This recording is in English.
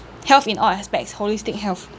health in all aspects holistic health